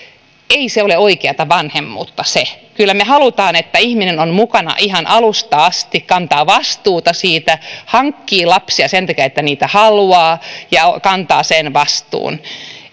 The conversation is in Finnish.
ei se ole oikeata vanhemmuutta se kyllä me haluamme että ihminen on mukana ihan alusta asti kantaa vastuuta hankkii lapsia sen takia että niitä haluaa ja kantaa sen vastuun